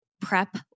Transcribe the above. prep